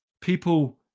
people